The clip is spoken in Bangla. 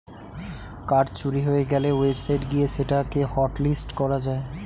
কার্ড চুরি হয়ে গ্যালে ওয়েবসাইট গিয়ে সেটা কে হটলিস্ট করা যায়